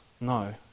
no